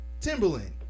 Timberland